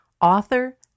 author